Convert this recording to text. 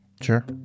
Sure